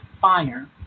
fire